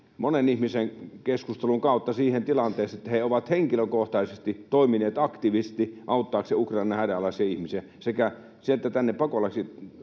monen ihmisen keskustelun kautta siihen tilanteeseen, että he ovat henkilökohtaisesti toimineet aktiivisesti auttaakseen Ukrainan hädänalaisia ihmisiä, sekä auttaneet sieltä tänne pakolaisina